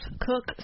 cook